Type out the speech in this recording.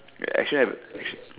action have act act